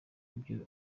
byo